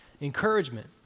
encouragement